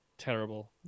terrible